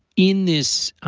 in this.